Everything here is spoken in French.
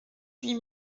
huit